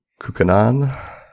Kukanan